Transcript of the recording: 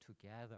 together